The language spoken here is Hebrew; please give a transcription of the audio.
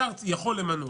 השר יכול למנות,